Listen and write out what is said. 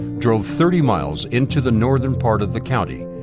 drove thirty miles into the northern part of the county,